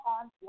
on